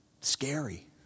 scary